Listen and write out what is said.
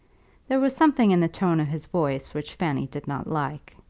there was something in the tone of his voice which fanny did not like.